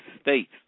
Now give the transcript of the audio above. states